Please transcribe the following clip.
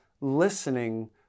listening